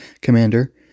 commander